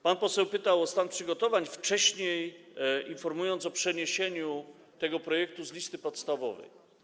Pan poseł pytał o stan przygotowań, wcześniej informując o przeniesieniu tego projektu z listy podstawowej.